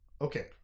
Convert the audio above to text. Okay